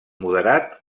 moderat